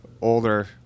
older